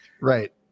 Right